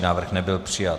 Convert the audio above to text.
Návrh nebyl přijat.